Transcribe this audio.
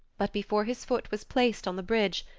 but before his foot was placed on the bridge,